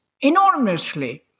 enormously